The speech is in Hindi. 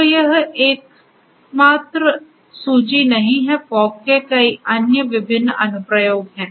तो यह एकमात्र सूची नहीं है फॉग के कई अन्य विभिन्न अनुप्रयोग हैं